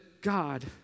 God